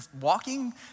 walking